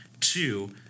Two